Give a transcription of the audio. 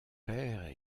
père